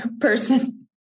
person